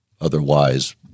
otherwise